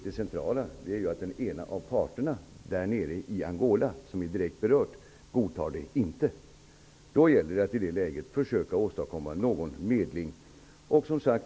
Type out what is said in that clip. Det centrala är att den ena parten nere i Angola som är direkt berörd inte godtar det. I det läget gäller det att försöka åstadkomma en medling.